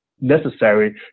necessary